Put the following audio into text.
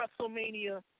WrestleMania